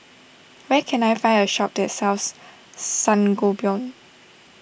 where can I find a shop that sells Sangobion